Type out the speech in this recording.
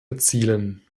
erzielen